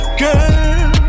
girl